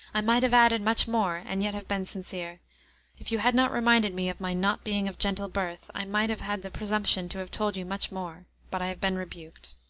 i might have added much more, and yet have been sincere if you had not reminded me of my not being of gentle birth, i might have had the presumption to have told you much more but i have been rebuked.